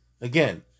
Again